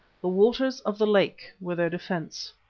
the waters of the lake were their defence.